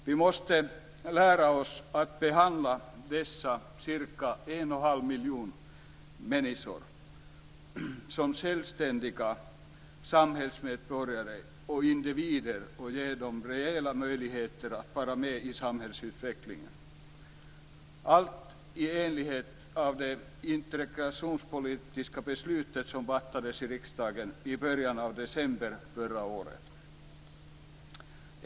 Vi måste lära oss att behandla dessa ca 1,5 miljoner människor som självständiga samhällsmedborgare och individer och ge dem reella möjligheter att vara med i samhällsutvecklingen - allt i enlighet med det integrationspolitiska beslutet som fattades i riksdagen i början av december förra året.